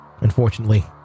Unfortunately